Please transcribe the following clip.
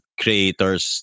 creators